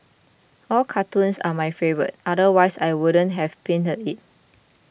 all cartoons are my favourite otherwise I wouldn't have penned it